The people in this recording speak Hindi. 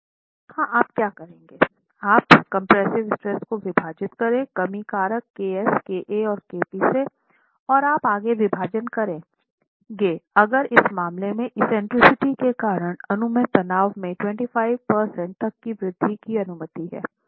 तो यहाँ आप क्या करेंगे आप कंप्रेसिव स्ट्रेस को विभाजित करेंगे कमी कारक ks ka and kp से और आप आगे विभाजन करेंगे अगर इस मामले में एक्सेंट्रिसिटी के कारण अनुमेय तनाव में 25 प्रतिशत तक की वृद्धि की अनुमति है